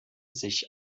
sich